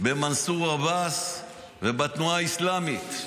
במנסור עבאס ובתנועה האסלאמית,